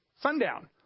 sundown